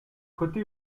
côté